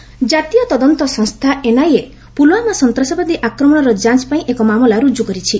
NIA Pulwama ଜାତୀୟ ତଦନ୍ତ ସଂସ୍ଥା ଏନ୍ଆଇଏ ପୁଲ୍ୱାମା ସନ୍ତାସବାଦୀ ଆକ୍ରମଣର ଯାଞ୍ଚ୍ ପାଇଁ ଏକ ମାମଲା ରୁଜୁ କରିଛି